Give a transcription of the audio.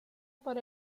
por